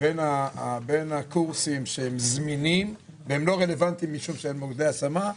בין הקורסים שהם זמינים והם לא רלוונטיים משום שהם מוקדי השמה.